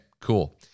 cool